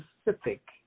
specific